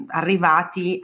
arrivati